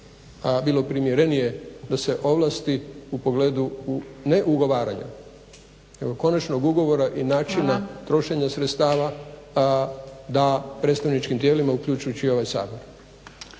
bilo primjerenije da se ovlasti u pogledu ne ugovaranja nego konačnog ugovora i načina trošenja sredstva da predstavničkim tijelima, uključujući i ovaj Sabor.